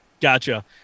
Gotcha